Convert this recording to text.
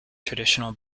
traditional